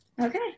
Okay